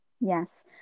Yes